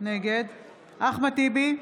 נגד אחמד טיבי,